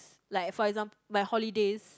s~ like for example my holidays